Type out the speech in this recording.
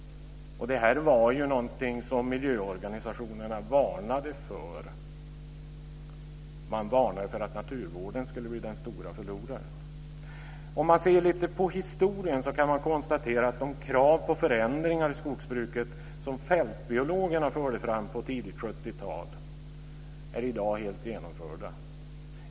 Detta var någonting som miljöorganisationerna varnade för. Man varnade för att naturvården skulle bli den stora förloraren. Om man ser lite på historien kan man konstatera att de krav på förändringar i skogsbruket som fältbiologerna förde fram på tidigt 70-tal i dag är helt tillgodosedda.